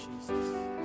Jesus